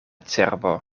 cerbo